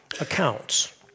accounts